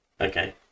Okay